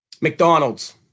McDonald's